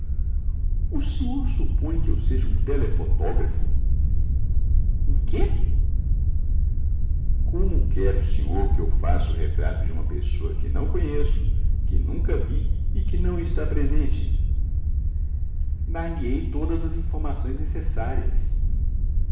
o senhor supõe que eu seja um telefotógrafo um quê como quer o senhor que eu faça o retrato de uma pessoa que não conheço que nunca vi e que não está presente dar lhe ei todas as informações necessárias